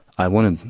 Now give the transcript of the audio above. i want to